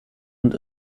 und